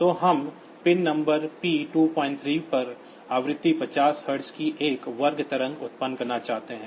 तो हम pin number P 23 पर आवृत्ति 50 हर्ट्ज की एक वर्ग लहर उत्पन्न करना चाहते हैं